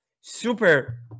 Super